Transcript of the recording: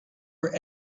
were